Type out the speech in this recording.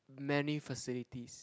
many facilities